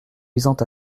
visant